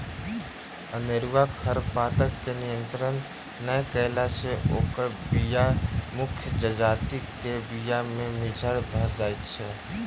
अनेरूआ खरपातक नियंत्रण नै कयला सॅ ओकर बीया मुख्य जजातिक बीया मे मिज्झर भ जाइत छै